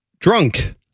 drunk